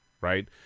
right